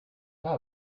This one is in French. pas